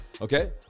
okay